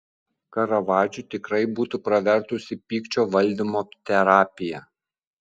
karavadžui tikrai būtų pravertusi pykčio valdymo terapija